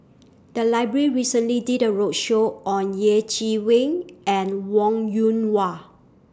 The Library recently did A roadshow on Yeh Chi Wei and Wong Yoon Wah